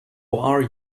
are